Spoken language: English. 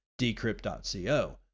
Decrypt.co